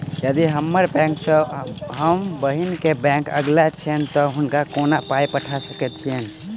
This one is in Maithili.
यदि हम्मर बैंक सँ हम बहिन केँ बैंक अगिला छैन तऽ हुनका कोना पाई पठा सकैत छीयैन?